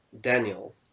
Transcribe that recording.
Daniel